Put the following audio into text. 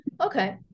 Okay